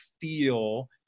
feel